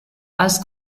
als